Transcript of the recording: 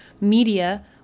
media